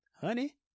Honey